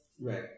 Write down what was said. right